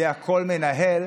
יודע כל מנהל,